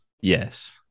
Yes